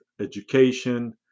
education